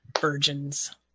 virgins